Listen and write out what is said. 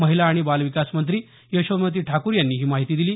महिला आणि बालविकास मंत्री यशोमती ठाकूर यांनी ही माहिती दिली